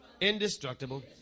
indestructible